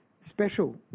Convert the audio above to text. Special